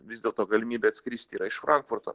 vis dėlto galimybė atskrist yra iš frankfurto